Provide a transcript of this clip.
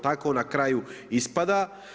Tako na kraju ispada.